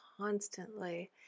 constantly